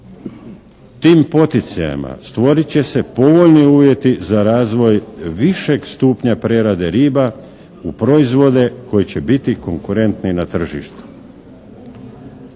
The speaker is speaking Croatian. Tim poticajima stvorit će se povoljni uvjeti za razvoj višeg stupnja prerade riba u proizvode koji će biti konkurentni na tržištu.